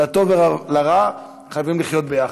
לטוב ולרע חייבים לחיות יחד,